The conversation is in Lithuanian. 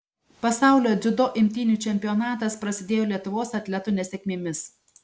pasaulio dziudo imtynių čempionatas prasidėjo lietuvos atletų nesėkmėmis